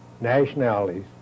nationalities